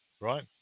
right